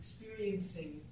experiencing